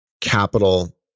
capital